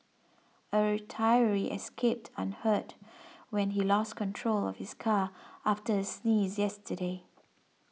a retiree escaped unhurt when he lost control of his car after a sneeze yesterday